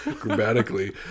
Grammatically